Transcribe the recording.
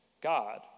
God